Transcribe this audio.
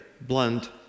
blunt